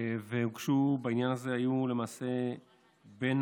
ובעניין הזה, בין